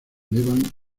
elevan